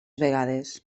vegades